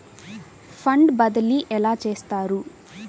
Fund బదిలీ ఎలా చేస్తారు?